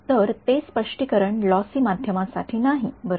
तर ते स्पष्टीकरण लॉसी माध्यमा साठी नाही बरोबर